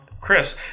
Chris